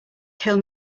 kill